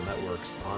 networks